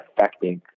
affecting